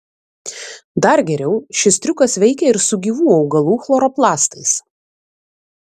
dar geriau šis triukas veikia ir su gyvų augalų chloroplastais